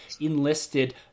enlisted